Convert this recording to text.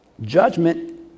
judgment